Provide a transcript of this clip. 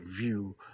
view